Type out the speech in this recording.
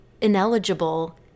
ineligible